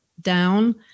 down